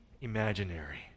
imaginary